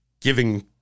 giving